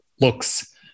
looks